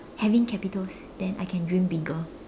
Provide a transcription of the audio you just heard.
having capitals then I can dream bigger